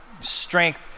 strength